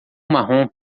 marrom